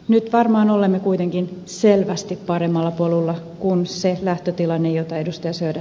nyt varmaan olemme kuitenkin selvästi paremmalla polulla kuin oli se lähtötilanne jota ed